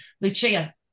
Lucia